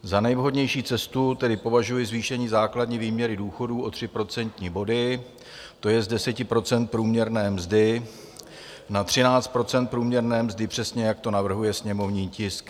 Za nejvhodnější cestu tedy považuji zvýšení základní výměry důchodů o 3 procentní body, to je z 10 % průměrné mzdy na 13 % průměrné mzdy, přesně, jak to navrhuje sněmovní tisk 258.